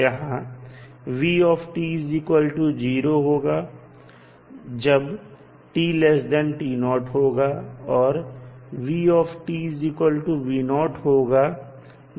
जहां v0 होगी जब होगा और यह vहोगा जब होगा